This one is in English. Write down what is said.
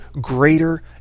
greater